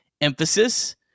emphasis